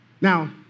Now